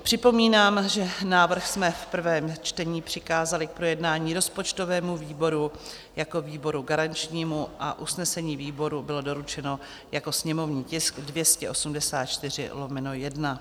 Připomínám, že návrh jsme v prvém čtení přikázali k projednání rozpočtovému výboru jako výboru garančnímu a usnesení výboru bylo doručeno jako sněmovní tisk 284/1.